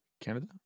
Canada